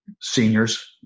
seniors